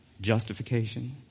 justification